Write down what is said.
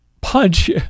punch